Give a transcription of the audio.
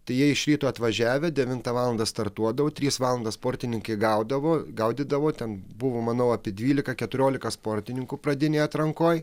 tai jie iš ryto atvažiavę devintą valandą startuodavo tris valandas sportininkai gaudavo gaudydavo ten buvo manau apie dvylika keturiolika sportininkų pradinėj atrankoj